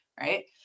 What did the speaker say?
Right